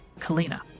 kalina